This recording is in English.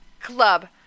Club